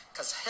Cause